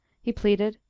he pleaded.